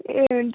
ए हुन्छ